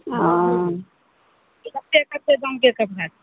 ओऽ कते कते दामके कपड़ा छै